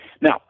Now